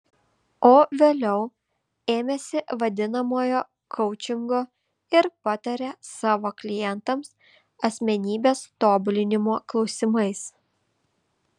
o vėliau ėmėsi vadinamojo koučingo ir pataria savo klientams asmenybės tobulinimo klausimais